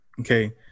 Okay